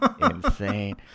Insane